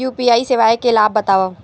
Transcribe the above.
UPI सेवाएं के लाभ बतावव?